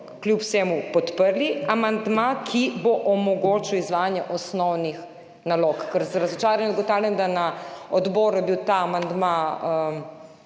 kljub vsemu podprli amandma, ki bo omogočil izvajanje osnovnih nalog, ker z razočaranjem ugotavljam, da na odboru sicer ta amandma